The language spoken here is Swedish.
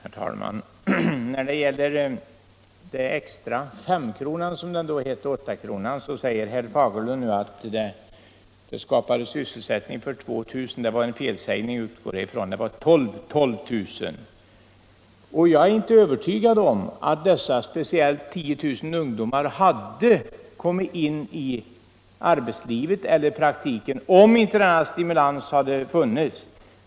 Herr talman! När det gäller den extra femkronan — som den då hette och som sedan blev 8 kr. — sade herr Fagerlund mycket riktigt att det bidraget skapade sysselsättning åt 12 000. Och jag är inte övertygad om att låt oss säga 10 000 av de ungdomarna hade kommit in i arbetslivet och i praktiskt arbete, om denna stimulans inte hade givits.